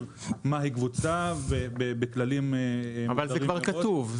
מהי קבוצה ובכללים -- אבל זה כבר כתוב,